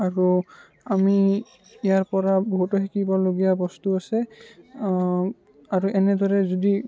আৰু আমি ইয়াৰ পৰা বহুতো শিকিবলগীয়া বস্তু আছে আৰু এনেদৰে যদি